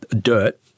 dirt